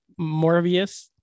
Morbius